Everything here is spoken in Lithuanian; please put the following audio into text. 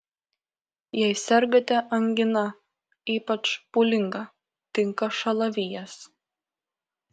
jei sergate angina ypač pūlinga tinka šalavijas